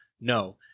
No